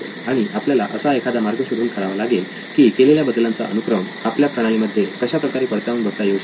किंवा आपल्याला असा एखादा मार्ग शोधून काढावा लागेल की केलेल्या बदलांचा अनुक्रम आपल्या प्रणालीमध्ये कशाप्रकारे पडताळून बघता येऊ शकेल